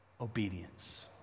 Obedience